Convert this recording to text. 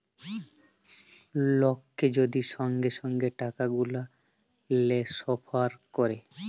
লককে যদি সঙ্গে সঙ্গে টাকাগুলা টেলেসফার ক্যরে